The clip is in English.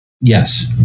Yes